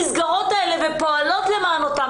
של ועדת המשנה לנערות וצעירות בסיכון.